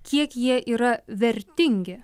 kiek jie yra vertingi